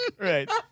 Right